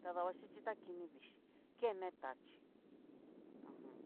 ta dabashichi ta kini vichí, kene tachíi ajan.